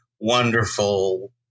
wonderful